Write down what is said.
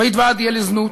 בית-ועד יהיה לזנות,